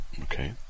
Okay